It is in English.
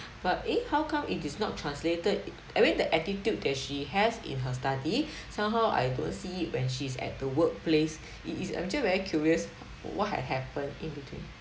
but eh how come it is not translated I mean the attitude that she has in her study somehow I don't see it when she's at the workplace it is I'm just very curious what had happened in between